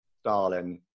Stalin